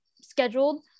scheduled